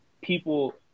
people